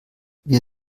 wir